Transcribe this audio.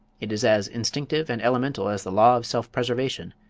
it is as instinctive and elemental as the law of self-preservation.